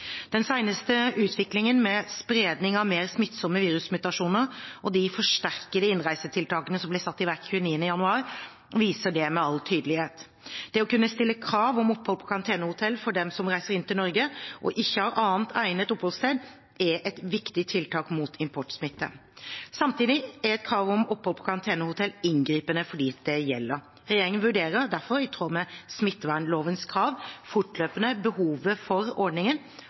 Den seneste utviklingen med spredning av mer smittsomme virusmutasjoner, og de forsterkede innreisetiltakene som ble satt i verk fra 29. januar, viser dette med all tydelighet. Å kunne stille krav om opphold på karantenehotell for dem som reiser inn til Norge og ikke har et annet egnet oppholdssted, er et viktig tiltak mot importsmitte. Samtidig er et krav om opphold på karantenehotell inngripende for dem det gjelder. Regjeringen vurderer derfor i tråd med smittevernlovens krav fortløpende behovet for ordningen